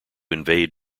invade